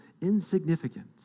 insignificant